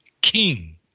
King